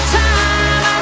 time